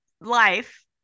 life